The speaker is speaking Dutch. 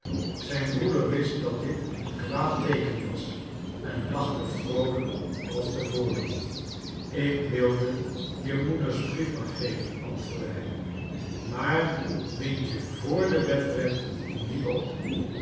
zijn broeder wist dat dit een kwaad teeken was en lachte vroolijk als te voren ik wilde je moeders brief maar geven antwoordde hij maar wind je vr den wedren niet op